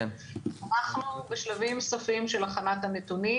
אנחנו בשלבים סופיים של הכנת הנתונים.